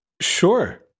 Sure